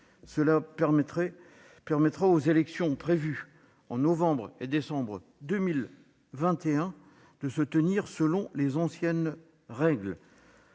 Cela permettra aux élections prévues en novembre et décembre 2021 de se tenir selon les anciennes règles.